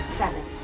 seven